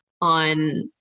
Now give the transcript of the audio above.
on